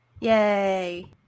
Yay